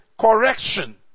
correction